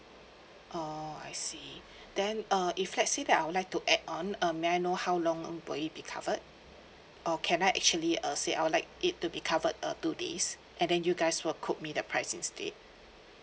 orh I see then uh if let's say that I would like to add on um may I know how long will it be covered or can I actually uh say I would like it to be covered uh two days and then you guys will quote me the price instead